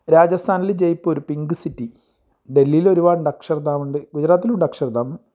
രാജസ്ഥാനിൽ Jaipur pink city ഡെല്ലീലൊരുപാടുണ്ട് അക്ഷർഡാമുണ്ട് ഗുജറാത്തിലൂവൊണ്ട് അക്ഷർ ഡാമ്